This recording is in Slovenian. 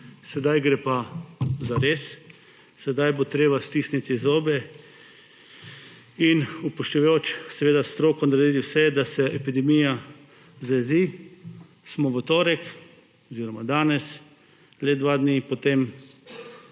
zdaj gre pa zares, sedaj bo treba stisniti zobe, upoštevajoč stroko, da naredi vse, da se epidemija zajezi, smo v torek oziroma danes, le dva dni po tem